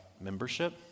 membership